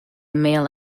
male